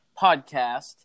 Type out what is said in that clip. podcast